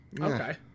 Okay